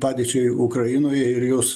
padėčiai ukrainoje ir jos